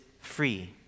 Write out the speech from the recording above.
free